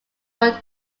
were